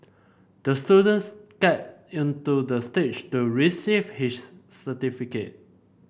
the student skated into the stage to receive his certificate